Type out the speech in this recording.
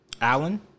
Alan